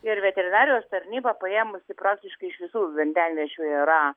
ir veterinarijos tarnyba paėmusi praktiškai iš visų vandenviečių yra